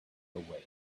away